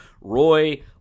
Roy